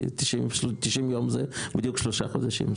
כי 90 יום זה בדיוק שלושה חודשים.